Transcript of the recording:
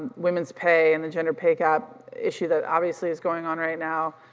women's pay and the gender pay gap issue that obviously is going on right now.